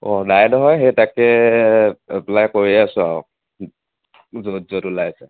অঁ নাই নহয় সেই তাকে এপ্লাই কৰি আছো আৰু য'ত য'ত ওলাইছে